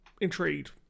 intrigued